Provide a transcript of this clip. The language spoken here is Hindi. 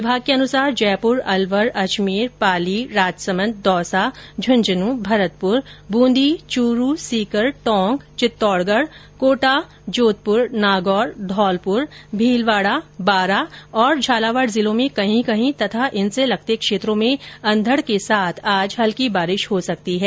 विभाग के अनुसार जयपुर अलवर अजमेर पाली राजसमंद दौसा झुंझुन्न भरतपुर वूंदी चूरू सीकर दोंक चित्तौड़गढ कोटा जोधपुर नागौर थौलपुर भीलवाड़ा बारां और झालावाड़ जिलों में कहीं कहीं तथा इनसे लगते क्षेत्रों में अंधड़ के साथ हल्की बारिश हो सकती है